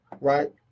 Right